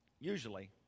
usually